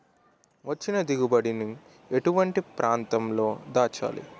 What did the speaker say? వచ్చిన దిగుబడి ని ఎటువంటి ప్రాంతం లో దాచాలి?